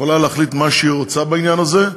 יכולה להחליט מה שהיא רוצה בעניין הזה.